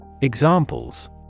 Examples